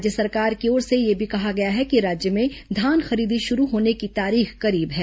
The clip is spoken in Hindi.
राज्य सरकार की ओर से यह भी कहा गया है कि राज्य में धान खरीदी शुरू होने की तारीख करीब है